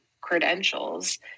credentials